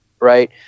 right